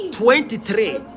twenty-three